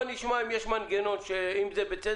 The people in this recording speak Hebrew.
נשמע אם יש מנגנון, ואם זה בצדק.